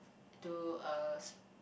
to uh